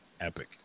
epic